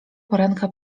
poranka